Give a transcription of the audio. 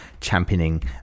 championing